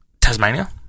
Tasmania